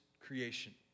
creation